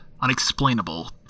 unexplainable